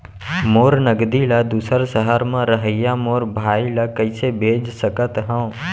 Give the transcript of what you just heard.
मोर नगदी ला दूसर सहर म रहइया मोर भाई ला कइसे भेज सकत हव?